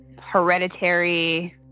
hereditary